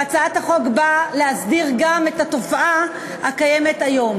והצעת החוק באה להסדיר גם את התופעה הקיימת היום.